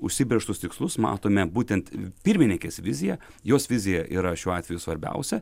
užsibrėžtus tikslus matome būtent pirmininkės viziją jos vizija yra šiuo atveju svarbiausia